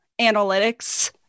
analytics